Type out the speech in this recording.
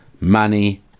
money